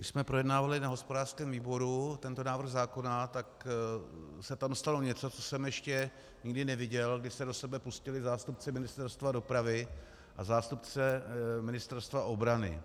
Když jsme projednávali na hospodářském výboru tento návrh zákona, tak se tam stalo něco jsem ještě nikdy neviděl, aby se do sebe pustili zástupci Ministerstva dopravy a zástupce Ministerstva obrany.